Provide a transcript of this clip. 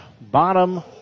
bottom